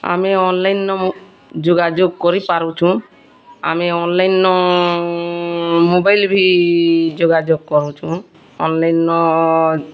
ଆମେ ଅନ୍ଲାଇନ୍ ନମୁ ଯୋଗଯୋଗ କରିପାରୁଚୁଁ ଆମେ ଅନ୍ଲାଇନ୍ ନ ମୋବାଇଲ୍ ଭି ଯୋଗଯୋଗ କରୁଛୁଁ ଅନ୍ଲାଇନ୍